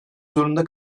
zorunda